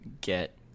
get